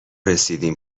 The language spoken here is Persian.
رسیدیم